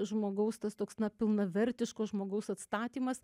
žmogaus toks na pilnavertiško žmogaus atstatymas